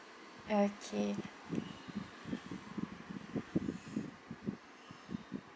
okay